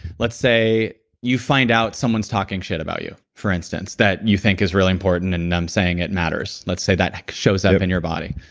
let's say you find out someone's talking shit about you, for instance, that you think is really important and them um saying it matters. let's say that shows up in your body.